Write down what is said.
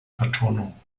vertonung